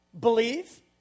Believe